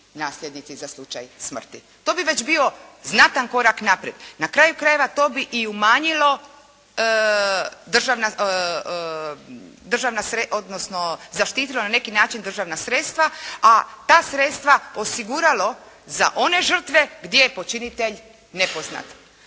nasljednici za slučaj smrti. To bi već bio znatan korak naprijed. Na kraju krajeva to bi i umanjilo, odnosno zaštitilo na neki način državna sredstva, a ta sredstva osiguralo za one žrtve gdje je počinitelj nepoznat.